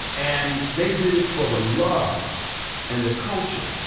and they did it for the love and the culture.